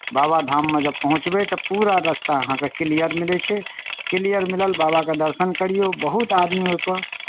बाबाधाममे जब पहुँचबै तऽ पूरा रस्ता अहाँके क्लियर मिलै छै क्लियर मिलल बाबाके दर्शन करियौ बहुत आदमी ओहिके